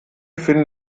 finden